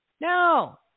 No